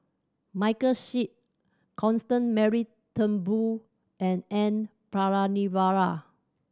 Michael Seet Constant Mary Turnbull and N Palanivelu